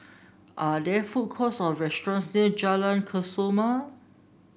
are there food courts or restaurants near Jalan Kesoma